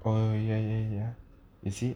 ah ya ya ya is it